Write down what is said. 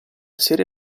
serie